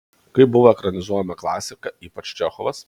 kaip buvo ekranizuojama klasika ypač čechovas